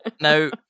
now